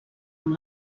amb